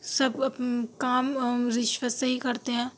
سب کام رشوت سے ہی کرتے ہیں